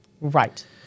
Right